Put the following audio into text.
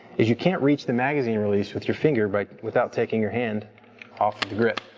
is you can't reach the magazine release with your finger by without taking your hand off the grid.